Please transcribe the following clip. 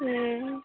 ᱦᱩᱸᱻ